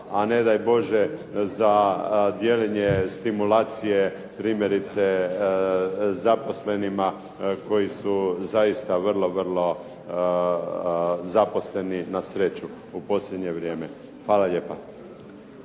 a ne daj Bože za dijeljenje stimulacije primjerice zaposlenima koji su zaista vrlo, vrlo zaposleni na sreću u posljednje vrijeme. Hvala lijepa.